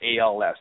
ALS